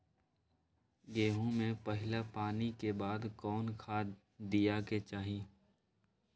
गेंहू में पहिला पानी के बाद कौन खाद दिया के चाही?